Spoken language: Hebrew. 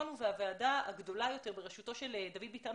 בוועדה הגדולה יותר בראשותו של דוד ביטן,